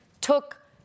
took